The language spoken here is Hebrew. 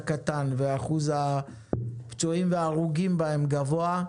קטן ואחוז הפצועים וההרוגים בהם גבוה,